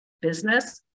business